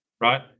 right